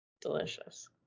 delicious